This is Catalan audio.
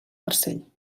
farcell